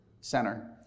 center